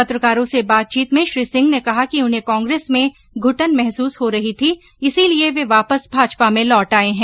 पत्रकारों से बातचीत में श्री सिंह ने कहा कि उन्हें कांग्रेस में घुटन महसूस हो रही थी इसलिए वे वापस भाजपा में लौट आए हैं